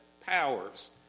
powers